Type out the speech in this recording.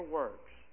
works